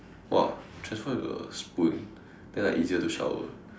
!wah! transform into a spoon then like easier to shower